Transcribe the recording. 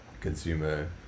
consumer